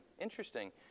Interesting